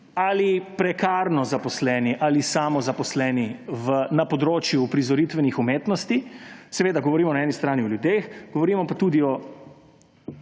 ali prekarno zaposleni, ali samozaposleni na področju uprizoritvenih umetnosti, seveda govorimo na eni strani o ljudeh, govorimo pa tudi o